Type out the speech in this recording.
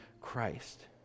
Christ